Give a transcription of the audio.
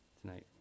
tonight